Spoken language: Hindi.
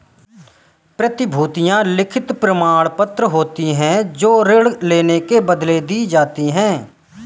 प्रतिभूतियां लिखित प्रमाणपत्र होती हैं जो ऋण लेने के बदले दी जाती है